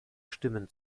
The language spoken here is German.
stimmen